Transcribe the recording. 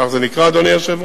כך זה נקרא, אדוני היושב-ראש?